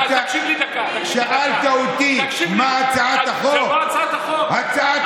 פשוט לא יאומן: אחרי כל הדברים שאמרתם פה כל הזמן,